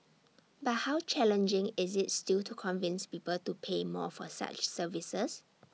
but how challenging is IT still to convince people to pay more for such services